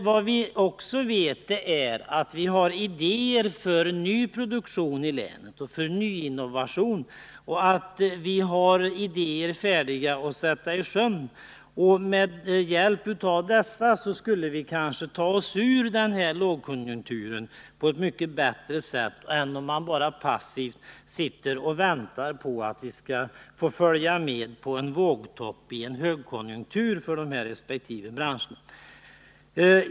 Vad vi också vet är emellertid att vi har idéer för en ny produktion i länet och för nyinnovation. Våra idéer är färdiga att ”sätta i sjön”. Med hjälp av dessa skulle vi kanske ta oss ur den här lågkonjunkturen på ett mycket bättre sätt än om man bara passivt sitter och väntar på att vi skall få följa med upp på en vågtopp i högkonjunkturen för de resp. branscherna.